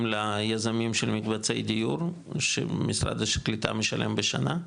ליזמים של מקבצי דיור שמשרד הקליטה משלם בשנה,